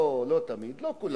לא "לא תמיד", לא כולם.